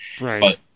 Right